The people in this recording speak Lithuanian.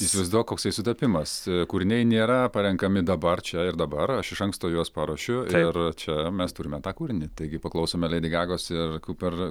įsivaizduok koks tai sutapimas kūriniai nėra parenkami dabar čia ir dabar aš iš anksto juos paruošiu ir čia mes turime tą kūrinį taigi paklausome leidi gagos ir kuper